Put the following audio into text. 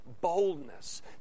boldness